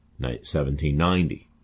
1790